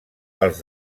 els